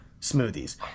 smoothies